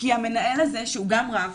כי המנהל הזה, שהוא גם רב